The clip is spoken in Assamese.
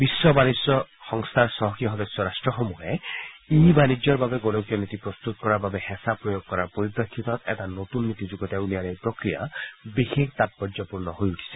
বিশ্ব বাণিজ্য সংস্থাৰ চহকী সদস্য ৰট্টসমূহে ই বাণিজ্যৰ বাবে গোলকীয় নীতি প্ৰস্তত কৰাৰ বাবে হেঁচা প্ৰয়োগ কৰাৰ পৰিপ্ৰেক্ষিতত এটা নতুন নীতি যুগুতাই উলিওৱাৰ এই প্ৰক্ৰিয়া বিশেষ তাৎপৰ্যপূৰ্ণ হৈ উঠিছে